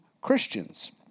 Christians